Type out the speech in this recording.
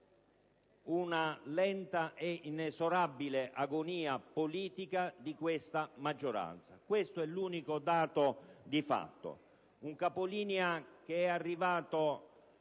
la lenta ed inesorabile agonia politica di questa maggioranza. Questo è l'unico dato di fatto. Il capolinea a cui è arrivata